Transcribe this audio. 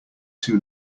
too